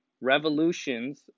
revolutions